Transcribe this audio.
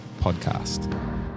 Podcast